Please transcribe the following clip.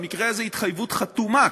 במקרה הזה התחייבות חתומה,